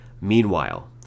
Meanwhile